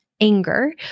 anger